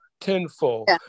tenfold